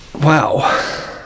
Wow